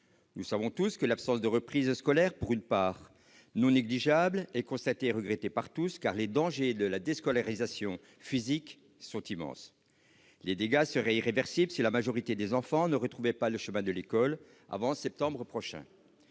Nous le savons tous : l'absence de reprise scolaire pour une part non négligeable des élèves est constatée et regrettée de manière unanime. Les dangers de la déscolarisation physique sont immenses et les dégâts seraient irréversibles si la majorité des enfants ne retrouvaient pas le chemin de l'école avant le mois de septembre prochain.